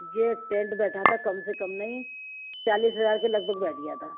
یہ پینٹ بیٹھا تھا کم سے کم نہیں چالیس ہزار کے لگ بھگ بیٹھ گیا تھا